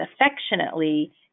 affectionately